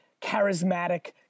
charismatic